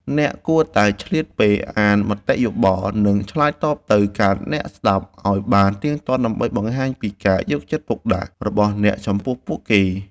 អ្នកគួរតែឆ្លៀតពេលអានមតិយោបល់ និងឆ្លើយតបទៅកាន់អ្នកស្តាប់ឱ្យបានទៀងទាត់ដើម្បីបង្ហាញពីការយកចិត្តទុកដាក់របស់អ្នកចំពោះពួកគេ។